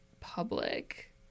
Public